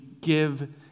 give